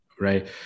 right